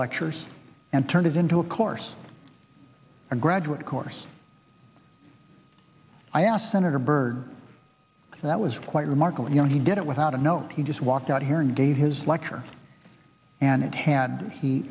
lectures and turned it into a course a graduate course i asked senator byrd that was quite remarkable you know he did it without a note he just walked out here and gave his lecture and it had he